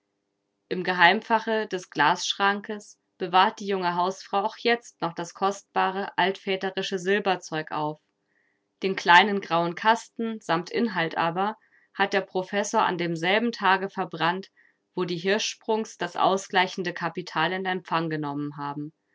im geheimfache des glasschrankes bewahrt die junge hausfrau auch jetzt noch das kostbare altväterische silberzeug auf den kleinen grauen kasten samt inhalt aber hat der professor an demselben tage verbrannt wo die hirschsprungs das ausgleichende kapital in empfang genommen haben